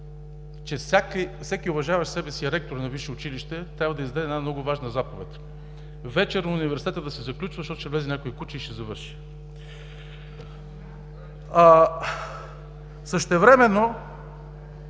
че всеки уважаващ себе си ректор на висше училище трябва да издаде една много важна заповед – вечер университетът да се заключва, защото ще влезе някое куче и ще завърши. Същевременно